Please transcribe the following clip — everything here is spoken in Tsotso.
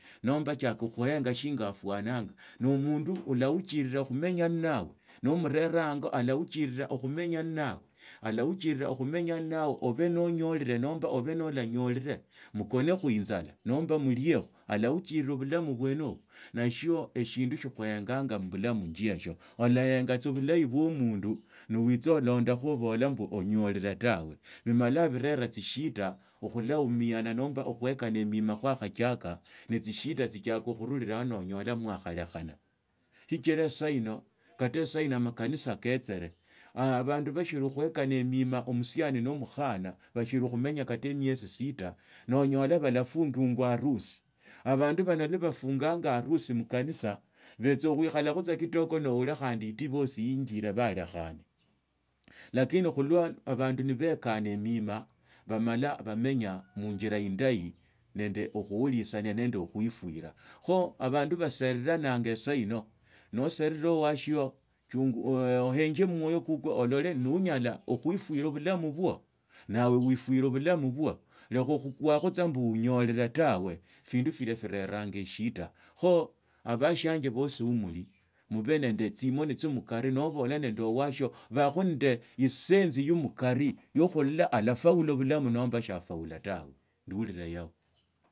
Nomba chiaka khuenga shinga arusananga nomundu wahichira khumenya nnawe nomsiera ango alahuchiraa khumenye nawe nirohuchila khumenya nnawe obe nuonyoriree nomba abe naranyolilee mukone khuinzala nomba mulie alahuchira butamu bwene nibwo noshiio eshindu shia khukhenganga mubulamu njeishio olahenga obulahi bwa omundu witsa alandakho ubola mbu onyorire tawe bimala birere tsishida okhulaumanga nomba okhuekana emima kawachiaka netsishida tsiachaka khusulilaho noonyole mwakhalo skhira esahino kata sahino makanisa ketsere abandu bashiri ehuekano miima omusiani nomukhana bashiri khumenya kala emesi sita noonyala balafungungwa harusi abandu bano lwa barunganga harusi mukanisa betsa khukhalakho kidogo nekhane oura divorse iinjire balekhane lakini khulwa abandu nibekhane emiima bamala bamenya munjira indahi nende okhuulishana nende okhuefurira bulamu bwo nawe oefwirabulamu bwo lekha khukhwakhu tsa mbu unyorire tawe findu fila bireraanga eshida kho abosi beshianje wo muli mube nende tsimoni tsiomukari nabola nende washio bakhu nende isensi ya mukari yokhulola arafaula bulamu nomba shiafaula tawe.